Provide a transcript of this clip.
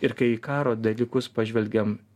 ir kai į karo dalykus pažvelgiam